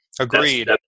Agreed